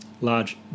large